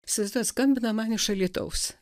įsivaizduojat skambina man iš alytaus